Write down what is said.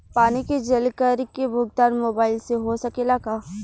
पानी के जल कर के भुगतान मोबाइल से हो सकेला का?